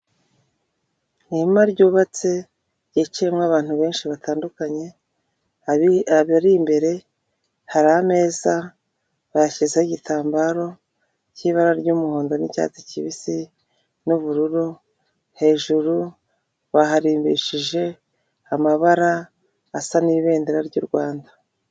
Ihema ryubatse ryicayemo abantu benshi batandukanye, hari abari imbere, hari ameza bashyizeho igitambaro cy'ibara ry'umuhondo n'icyatsi kibisi n'ubururu, hejuru bahambishije amabara asa n'ibendera ry'u Rwanda.